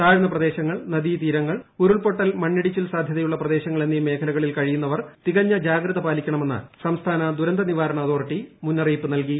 താഴ്ന്ന പ്രദേശങ്ങൾ നദീത്രീരങ്ങൾ ഉരുൾപ്പൊട്ടൽ മണ്ണിടിച്ചിൽ സാധ്യതയുള്ള പ്രദേശങ്ങൾ എന്നീ മേഖലകളിൽ കഴിയുന്നവർ തികഞ്ഞ ജാഗ്രത പാലിക്കണമെന്ന് സംസ്ഥാന ദുരന്ത നിവാരണ അതോറിറ്റി മുന്നറിയിപ്പ് നൽകി